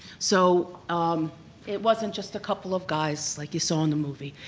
so um it wasn't just a couple of guys like you saw in the movie.